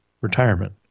retirement